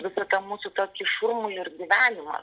visą tą mūsų tokį šurmulį ir gyvenimą